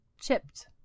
Chipped